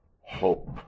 hope